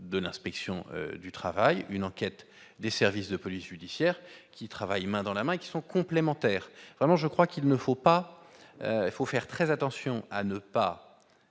de l'inspection du travail, une enquête des services de police judiciaire qui travaillent main dans la main qui sont complémentaires, vraiment, je crois qu'il ne faut pas, il faut faire très attention à ne pas